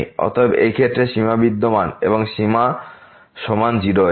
অতএব এই ক্ষেত্রে সীমা বিদ্যমান এবং সীমা সমান 0 এর